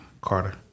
Carter